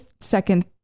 second